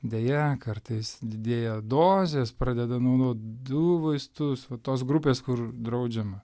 deja kartais didėja dozės pradeda naudot du vaistus vat tos grupės kur draudžiama